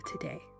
today